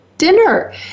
dinner